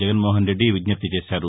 జగన్మోహన్రెడ్డి విజ్జప్తి చేశారు